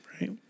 Right